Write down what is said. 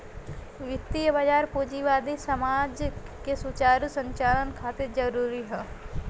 वित्तीय बाजार पूंजीवादी समाज के सुचारू संचालन खातिर जरूरी हौ